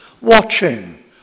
watching